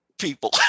people